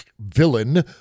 villain